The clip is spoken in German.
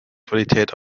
qualität